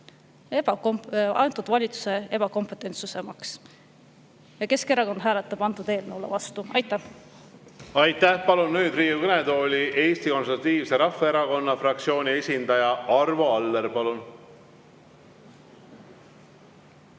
valitsuse ebakompetentsuse maks. Keskerakond hääletab eelnõu vastu. Aitäh! Aitäh! Palun nüüd Riigikogu kõnetooli Eesti Konservatiivse Rahvaerakonna fraktsiooni esindaja Arvo Alleri. Palun!